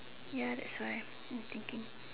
ya that's why I'm thinking